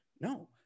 No